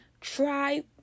try